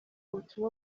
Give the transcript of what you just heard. butumwa